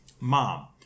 Mom